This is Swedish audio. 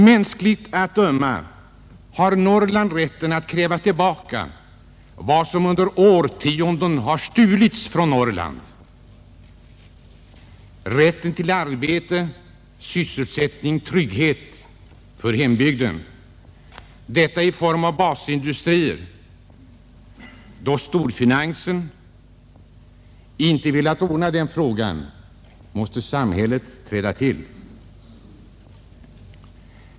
Mänskligt att döma har Norrland rätten att kräva tillbaka vad som under årtionden stulits från denna landsdel. Rätten till arbete, sysselsättning, trygghet för hembygden, allt detta i form av basindustrier. Då storfinansen inte velat ordna den frågan, måste samhället träda till och göra det.